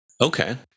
Okay